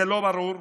זה לא ברור?